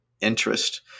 interest